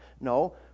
No